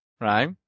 right